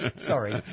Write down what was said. Sorry